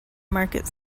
market